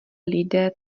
lidé